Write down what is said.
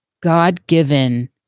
God-given